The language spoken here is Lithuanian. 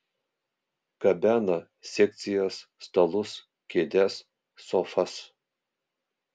gabena sekcijas stalus kėdes sofas